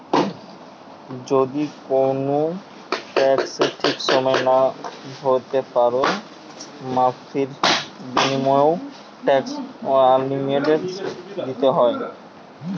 যদি কুনো ট্যাক্স ঠিক সময়ে না ভোরতে পারো, মাফীর বিনিময়ও ট্যাক্স অ্যামনেস্টি দিতে হয়